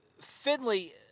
Finley